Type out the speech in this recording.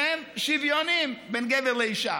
שהם שוויוניים בין גבר לאישה.